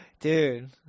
Dude